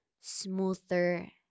smoother